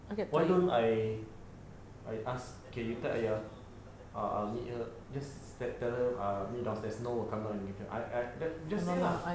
why don't I I ask okay you tell ayah ah ah I will meet her just tell her meet downstairs nur will come down to give her I I just say lah